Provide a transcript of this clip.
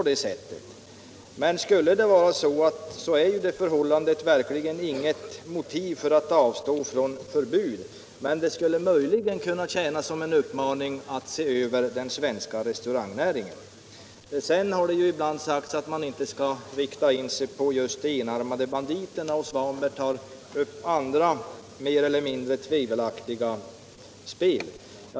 Om det emellertid skulle vara fallet, är det verkligen inget motiv för att avstå från ett förbud, utan det skulle möjligen vara ew motiv för att se över den svenska restaurangnäringen. Det har ibland sagts att man inte ensidigt bör inrikta sig på just de enarmade banditerna, och herr Svanberg sade att det finns andra mer eller mindre tvivelaktiga spel.